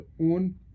own